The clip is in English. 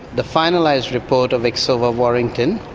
the finalised report of exova warrington,